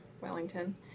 Wellington